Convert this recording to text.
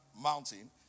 mountain